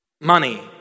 money